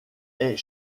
est